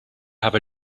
have